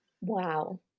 Wow